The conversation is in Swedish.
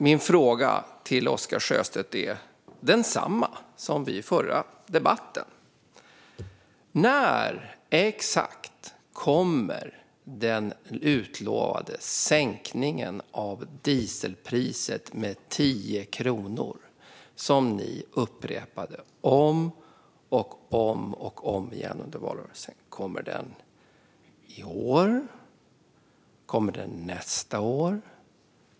Min fråga till Oscar Sjöstedt är densamma som vid den förra debatten. När exakt kommer den utlovade sänkningen av dieselpriset med 10 kronor, ett löfte som ni upprepade om och om igen under valrörelsen? Kommer den i år? Kommer den nästa år?